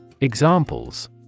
Examples